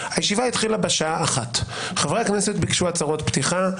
הישיבה התחילה בשעה 13:00. חברי הכנסת ביקשו הצהרות פתיחה,